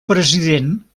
president